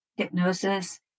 hypnosis